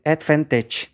Advantage